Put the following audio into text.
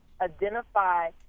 identify